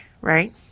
right